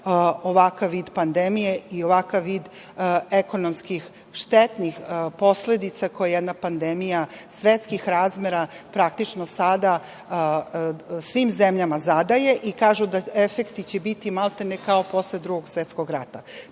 ovakav vid pandemije i ovakav vid ekonomskih štetnih posledica koje jedna pandemija svetskih razmera, praktično, sada svim zemljama zadaje. Kažu da će efekti biti, maltene, kao posle Drugog svetskog rata.